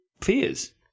fears